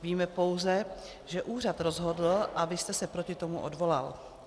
Víme pouze, že úřad rozhodl a vy jste se proti tomu odvolal.